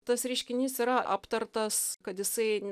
tas reiškinys yra aptartas kad jisai